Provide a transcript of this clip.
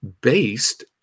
based